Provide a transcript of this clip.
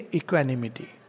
equanimity